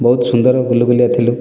ବହୁତ ସୁନ୍ଦର ଗୁଲୁ ଗୁଲିଆ ଥିଲୁ